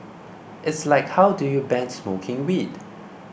it's like how do you ban smoking weed